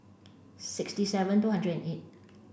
sixty seven two hundred and eight